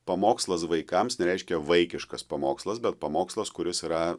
pamokslas vaikams nereiškia vaikiškas pamokslas bet pamokslas kuris yra